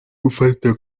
gufata